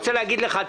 אני רוצה להגיד לך,